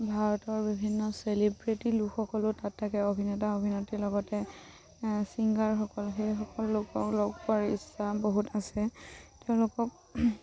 ভাৰতৰ বিভিন্ন চেলিব্ৰেটি লোকসকলো তাত থাকে অভিনেতা অভিনেত্ৰীৰ লগতে ছিংগাৰসকল সেইসকল লোকক লগ পোৱাৰ ইচ্ছা বহুত আছে তেওঁলোকক